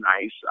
nice